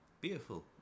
Beautiful